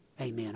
amen